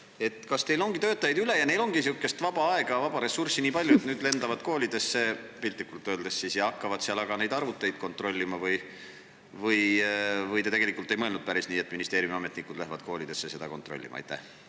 Kas teil on töötajaid üle ja neil on vaba aega ja muud vaba ressurssi nii palju, et nüüd nad lendavad koolidesse – piltlikult öeldes – ja hakkavad seal neid arvuteid kontrollima? Või te tegelikult ei mõelnud päris nii, et ministeeriumi ametnikud lähevad koolidesse seda kontrollima? Aitäh,